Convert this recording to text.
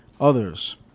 others